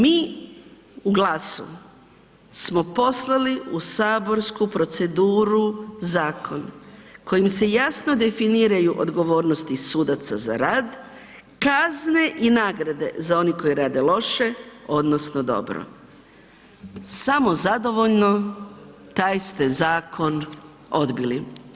Mi u GLAS-u smo poslali u saborsku proceduru zakon kojim se jasno definiraju odgovornosti sudaca za rad kazne i nagrade za one koji rade loše odnosno dobro, samozadovoljno taj ste zakon odbili.